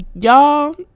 Y'all